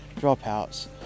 dropouts